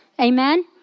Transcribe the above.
Amen